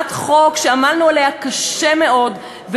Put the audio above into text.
הצעת חוק שעמלנו עליה קשה מאוד,